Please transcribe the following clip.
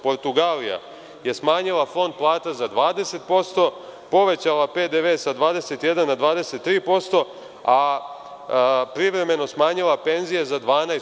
Portugalija je smanjila fond plata za 20%, povećala PDV sa 21 na 23%, a privremeno smanjila penzije za 12%